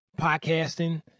podcasting